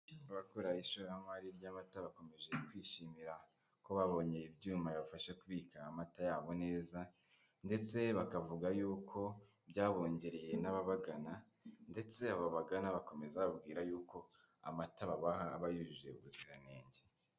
Abakorera ishoramari ry'amata bakomeje kwishimira ko babonye ibyuma bibabafasha kubika amata yabo neza, ndetse bakavuga y'uko byabongereye n'ababagana, ndetse abo babagana bakomeza babwira y'uko amata babaha aba yujuje ubuziranenge.